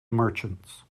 merchants